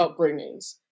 upbringings